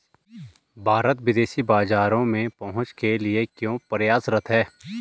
भारत विदेशी बाजारों में पहुंच के लिए क्यों प्रयासरत है?